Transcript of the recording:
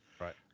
Right